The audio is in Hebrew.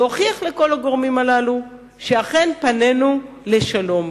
להוכיח לכל הגורמים הללו שאכן פנינו לשלום,